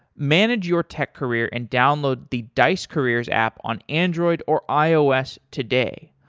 manage your tech career and download the dice careers app on android or ios today.